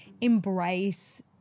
Embrace